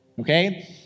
Okay